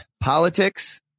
politics